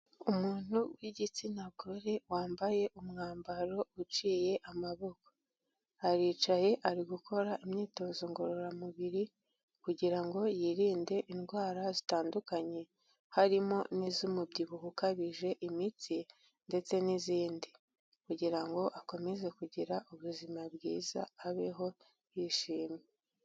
Umuntu w'igitsina gore wambaye umwambaro uciye amaboko. Aricaye ari gukora imyitozo ngororamubiri kugira ngo yirinde indwara zitandukanye. Harimo n'iz'umubyibuho ukabije, imitsi ndetse n'izindi. Kugira ngo akomeze kugira ubuzima bwiza, abeho yishimye.